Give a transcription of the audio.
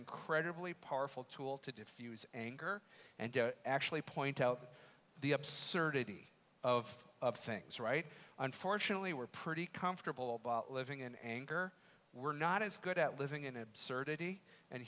incredibly powerful tool to defuse anger and actually point out the absurdity of of things right unfortunately we're pretty comfortable living in anger we're not as good at living in absurdity and